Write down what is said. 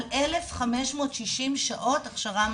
התואר השני על 1,560 שעות הכשרה מעשית.